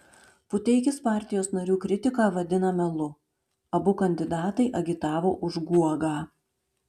puteikis partijos narių kritiką vadina melu abu kandidatai agitavo už guogą